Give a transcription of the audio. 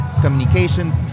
communications